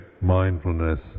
mindfulness